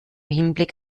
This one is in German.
hinblick